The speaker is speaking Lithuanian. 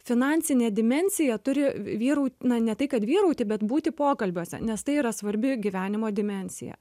finansinė dimensija turi vyrau na ne tai kad vyrauti bet būti pokalbiuose nes tai yra svarbi gyvenimo dimensija